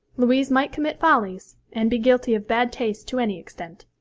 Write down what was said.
louise might commit follies, and be guilty of bad taste to any extent,